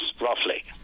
roughly